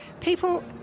people